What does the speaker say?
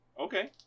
Okay